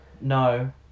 no